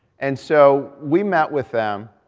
and so, we met with them